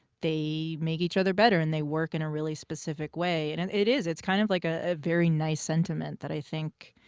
they make each other better and they work in a really specific way. and and it is, it's kind of like ah a very nice sentiment that i think,